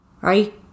right